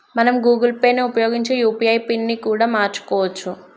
మనం Google Pay ని ఉపయోగించి యూ.పీ.ఐ పిన్ ని కూడా మార్చుకోవచ్చు